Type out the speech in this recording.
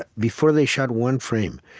ah before they shot one frame.